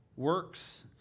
Works